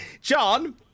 John